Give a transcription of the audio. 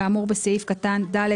כאמור בסעיף קטן (ד),